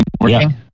working